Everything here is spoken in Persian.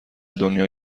دنیا